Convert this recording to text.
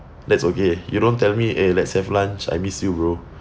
that's okay you don't tell me eh let's have lunch I miss you bro